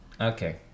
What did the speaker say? okay